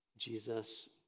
Jesus